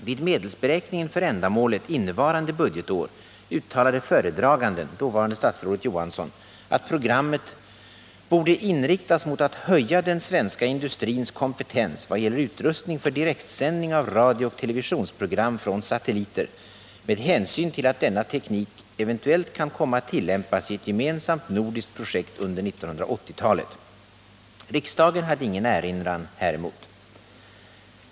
Vid medelsberäkningen för ändamålet innevarande budgetår uttalade föredraganden, dåvarande statsrådet Johansson, att programmet ”borde inriktas mot att höja den svenska industrins kompetens vad gäller utrustning för direktsändning av radiooch televisionsprogram från satelliter med hänsyn till att denna teknik eventuellt kan komma att tillämpas i ett gemensamt nordiskt projekt under 1980-talet” . Riksdagen hade ingen erinran häremot.